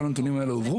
כל הנתונים האלה הועברו.